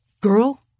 girl